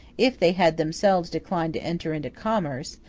if they had themselves declined to enter into commerce,